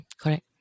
correct